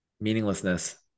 meaninglessness